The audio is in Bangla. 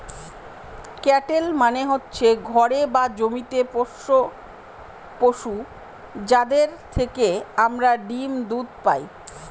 ক্যাটেল মানে হচ্ছে ঘরে বা জমিতে পোষ্য পশু, যাদের থেকে আমরা ডিম দুধ পায়